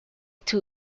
two